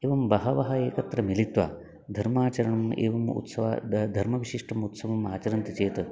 एवं बहवः एकत्र मिलित्वा धर्माचरणम् एवम् उत्सव द धर्मविशिष्टम् उत्सवम् आचरन्ति चेत्